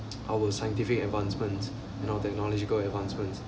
our scientific advancement you know technological advancements